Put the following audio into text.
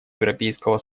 европейского